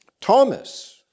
Thomas